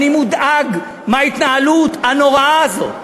אני מודאג מההתנהלות הנוראה הזאת.